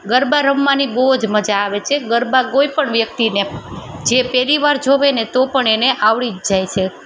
ગરબા રમવાની બહુ જ મજા આવે છે ગરબા કોઈ પણ વ્યક્તિને જે પહેલી વાર જોવેને તો પણ એને આવડી જ જાય છે